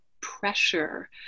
pressure